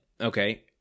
Okay